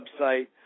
website